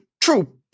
true